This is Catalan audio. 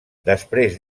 després